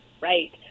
Right